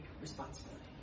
responsibility